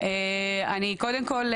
קודם כל,